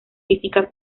física